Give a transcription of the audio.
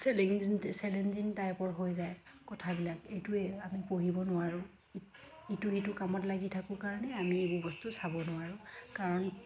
চেলেঞ্জিন challenging টাইপৰ হৈ যায় কথাবিলাক এইটোৱে আমি পুহিব নোৱাৰোঁ ইটো ইটো কামত লাগি থাকোঁ কাৰণে আমি এইবোৰ বস্তু চাব নোৱাৰোঁ কাৰণ